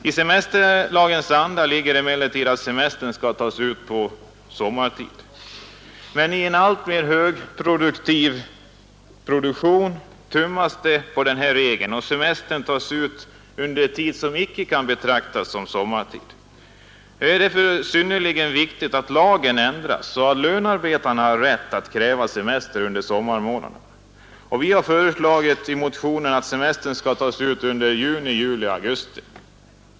I semesterlagens anda ligger emellertid att semestern skall tagas ut under sommaren. Men i en alltmer högeffektiv produktion tummas det på denna regel, och semestern förläggs till tid som inte kan betraktas som sommartid. Det är därför synnerligen viktigt att lagen ändras så att lönearbetaren har rätt att kräva semester under sommarmånaderna. I motionen har vi föreslagit att semestern skall tas ut under juni, juli och augusti.